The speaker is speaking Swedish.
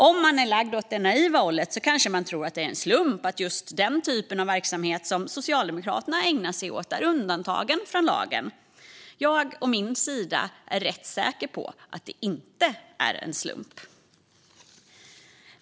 Om man är lagd åt det naiva hållet kanske man tror att det är en slump att just den typen av verksamhet som Socialdemokraterna ägnar sig åt är undantagen från lagen. Jag å min sida är rätt säker på att det inte är en slump.